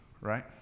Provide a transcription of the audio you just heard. right